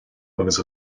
agus